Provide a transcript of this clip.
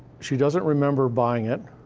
she doesn't remember buying it.